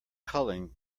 culling